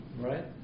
right